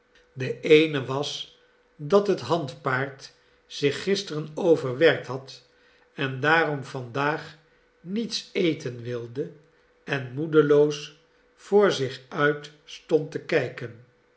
de eene was dat het handpaard zich gisteren overwerkt had en daarom vandaag niets eten wilde en moedeloos voor zich uit stond te kijken